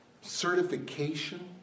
certification